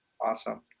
awesome